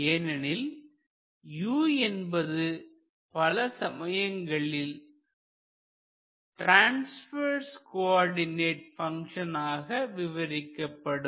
ஏனெனில் u என்பது பல சமயங்களில் ட்ரான்ஸ்வெர்ஸ் கோஆர்டினேட் பங்க்ஷன் ஆக விவரிக்கப்படும்